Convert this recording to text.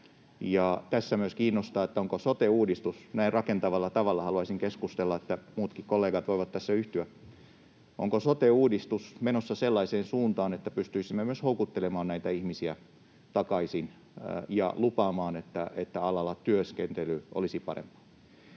tässä yhtyä — onko sote-uudistus menossa sellaiseen suuntaan, että pystyisimme myös houkuttelemaan näitä ihmisiä takaisin ja lupaamaan, että alalla työskentely olisi parempaa.